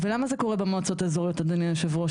ולמה זה קורה במועצות האזוריות אדוני יושב הראש?